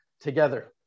together